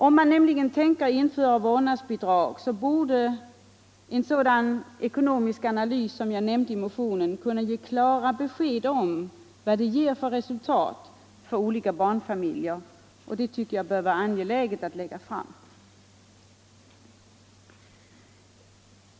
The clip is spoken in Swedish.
Om man nämligen tänker införa vårdnadsbidrag, borde en sådan ekonomisk analys som den jag nämnde i motionen kunna ge klart besked om vad det ger för resultat för olika barnfamiljer. Det tycker jag bör vara angeläget att upplysa om.